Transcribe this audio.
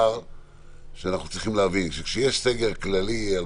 דבר שאנחנו צריכים להבין: כשיש סגר כללי על